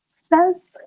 says